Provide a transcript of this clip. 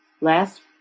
Last